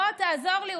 בוא, תעזור לי.